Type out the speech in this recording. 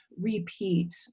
repeat